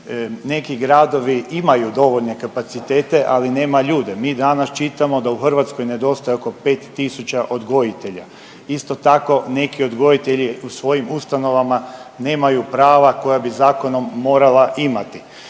Neki gradovi imaju dovoljne kapacitete, ali nema ljude. Mi danas čitamo da u Hrvatskoj nedostaje oko 5000 odgojitelja. Isto tako, neki odgojitelji po svojim ustanovama nemaju prava koja bi zakonom morala imati.